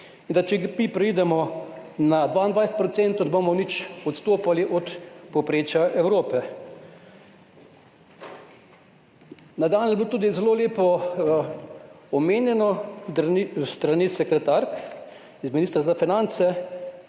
in da če mi preidemo na 22 %, ne bomo nič odstopali od povprečja Evrope. Nadalje je bilo tudi zelo lepo omenjeno s strani sekretark z Ministrstva za finance,